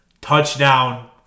touchdown